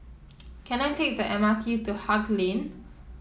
can I take the M R T to Haig Lane